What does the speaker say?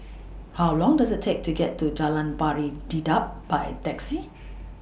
How Long Does IT Take to get to Jalan Pari Dedap By Taxi